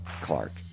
Clark